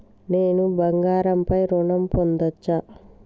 నేను బంగారం పై ఋణం పొందచ్చా?